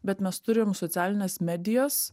bet mes turim socialines medijas